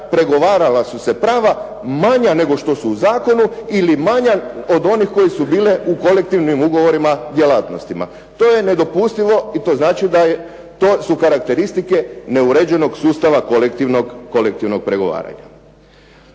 pregovarala su se prava manja nego što su po zakonu ili manja od onih koje su bile u kolektivnim ugovorima djelatnostima. To je nedopustivo i to znači to su karakteristike neuređenog sustava kolektivnog pregovaranja.